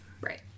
Right